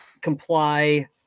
comply